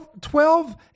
Twelve